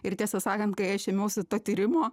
ir tiesą sakant kai aš ėmiausi to tyrimo